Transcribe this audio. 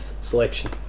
selection